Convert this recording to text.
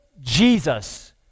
Jesus